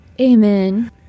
Amen